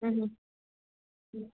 હમ હમ